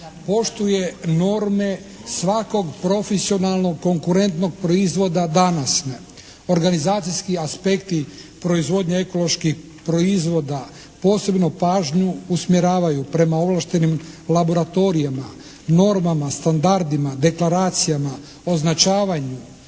poštuje norme svakog profesionalnog konkurentnog proizvoda danas … /Govornik se ne razumije./ … Organizacijski aspekti proizvodnje ekoloških proizvoda posebno pažnju usmjeravaju prema ovlaštenim laboratorijima, normama, standardima, deklaracijama, označavanju,